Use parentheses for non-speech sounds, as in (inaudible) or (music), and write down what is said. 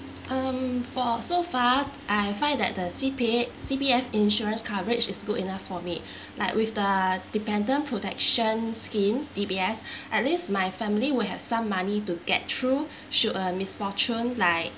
um for so far I find that the C_P_A C_P_F insurance coverage is good enough for me (breath) like with the dependant protection scheme D_B_S (breath) at least my family will have some money to get through should a misfortune like